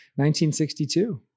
1962